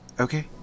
Okay